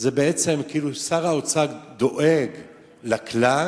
זה בעצם כאילו שר האוצר דואג לכלל,